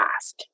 ask